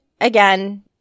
again